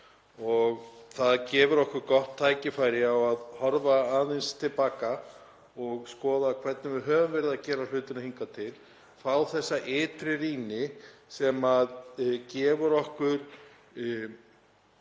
og það gefur okkur gott tækifæri á að horfa aðeins til baka og skoða hvernig við höfum verið að gera hlutina hingað til, fá þessa ytri rýni sem gefur okkur